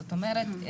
זאת אומרת,